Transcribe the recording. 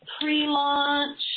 pre-launch